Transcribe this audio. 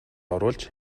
оруулж